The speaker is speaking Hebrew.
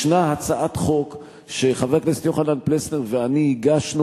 ישנה הצעת חוק שחבר הכנסת יוחנן פלסנר ואני הגשנו